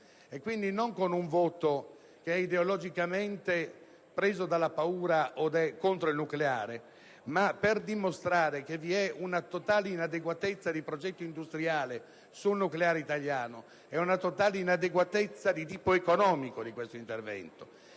condizionato dalla paura o ideologicamente contrario al nucleare, ma per dimostrare che vi è una totale inadeguatezza di progetto industriale sul nucleare italiano e una totale inadeguatezza di tipo economico di questo intervento.